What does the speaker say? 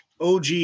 OG